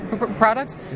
products